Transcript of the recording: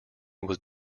was